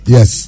Yes